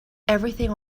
everything